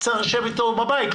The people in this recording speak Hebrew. צריך לשבת איתו בבית,